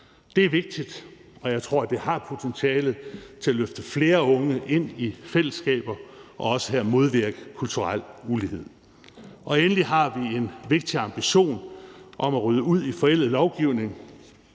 Det er vigtigt, og jeg tror, det har et potentiale til at løfte flere unge ind i fællesskaber og også her modvirke kulturel ulighed. Endelig har vi en vigtig ambition om at rydde ud i forældet lovgivning